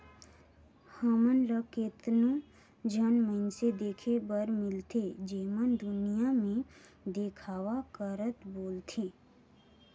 हमन ल केतनो झन मइनसे देखे बर मिलथें जेमन दुनियां में देखावा करत बुलथें